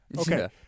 Okay